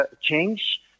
change